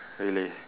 really